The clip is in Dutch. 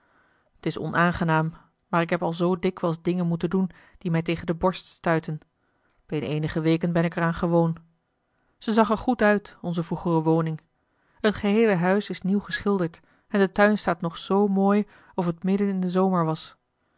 t is onaangenaam maar ik heb al zoo dikwijls dingen moeten doen die mij tegen de borst stuitten binnen eenige weken ben ik er aan gewoon ze zag er goed uit onze vroegere woning het geheele huis is nieuw geschilderd en de tuin staat nog zoo mooi of het midden in den zomer was